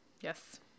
Yes